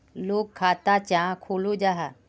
लोग खाता चाँ खोलो जाहा?